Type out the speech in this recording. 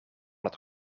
het